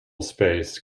space